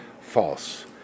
false